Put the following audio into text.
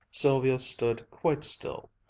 sylvia stood quite still,